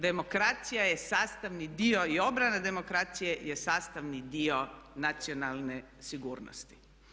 Demokracija je sastavni dio i obrana demokracije je sastavni dio nacionalne sigurnosti.